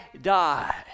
die